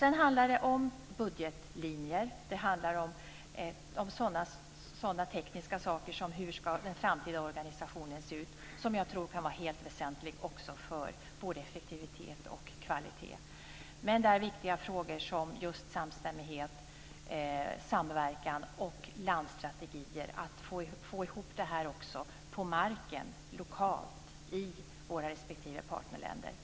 Det handlar också om budgetlinjer, tekniska frågor som hur den framtida organisationen ska se ut. Det kan vara väsentligt för både effektivitet och kvalitet. Samstämmighet, samverkan och landstrategier är viktigt. Det handlar om att få ihop det på marken, lokalt i våra respektive partnerländer.